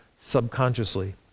subconsciously